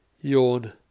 Yawn